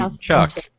Chuck